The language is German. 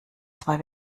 zwei